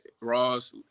Ross